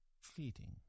Fleeting